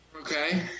Okay